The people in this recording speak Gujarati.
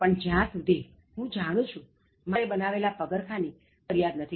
પણ જ્યાં સુધી હું જાણું છું મારા પિતાએ બનાવેલા પગરખાની કોઇએ ફરિયાદ કરી નથી